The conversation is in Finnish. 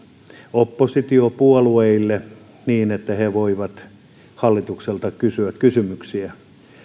oppositiopuolueille niin että he voivat hallitukselta kysyä kysymyksiä